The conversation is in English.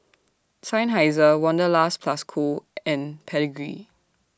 Seinheiser Wanderlust Plus Co and Pedigree